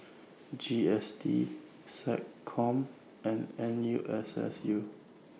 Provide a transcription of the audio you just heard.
G S T Seccom and N U S S U